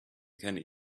kenny